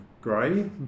grey